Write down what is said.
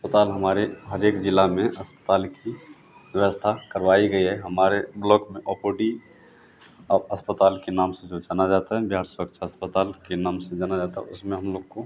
अस्पताल हमारे हर एक ज़िला में अस्पताल की व्यवस्था करवाई गई है हमारे हम लोग ब्लोक में ओ पो डी ऑफ अस्पताल के नाम से जो जाना जाता है बिहार सुरक्षा अस्पताल के नाम से जाना जाता है उसमें हम लोग को